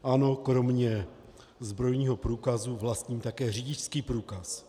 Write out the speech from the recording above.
Ano, kromě zbrojního průkazu vlastním také řidičský průkaz.